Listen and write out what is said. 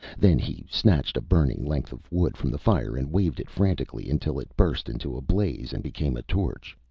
then he snatched a burning length of wood from the fire and waved it frantically until it burst into a blaze and became a torch.